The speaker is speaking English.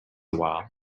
while